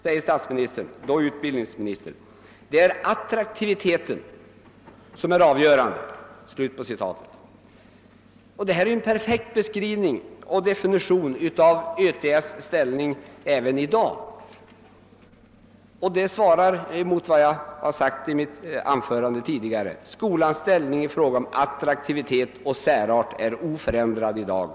Det är attraktiviteten som är avgörande.» Så sade statsministern, dåvarande utbildningsministern. Detta är en perfekt beskrivning och definition av ÖTS:s ställning även för närvarande, och det stämmer med vad jag sade i mitt tidigare anförande. Skolans ställning i fråga om attraktivitet och särart är oförändrad i dag.